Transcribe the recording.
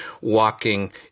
walking